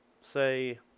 say